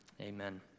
Amen